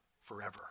forever